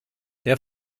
der